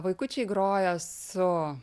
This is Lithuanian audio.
vaikučiai grojo su